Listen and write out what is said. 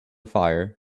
fire